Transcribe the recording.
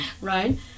Right